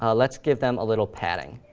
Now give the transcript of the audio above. ah let's give them a little padding.